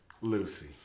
Lucy